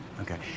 Okay